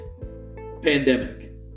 pandemic